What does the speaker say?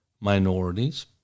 minorities